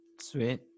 sweet